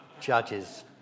Judges